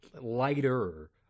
lighter